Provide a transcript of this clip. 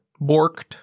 Borked